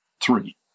three